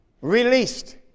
released